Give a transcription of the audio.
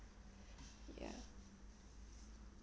ya